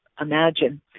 imagine